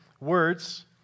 words